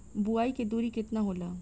बुआई के दूरी केतना होला?